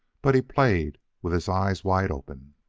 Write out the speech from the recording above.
but he played with his eyes wide open.